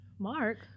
Mark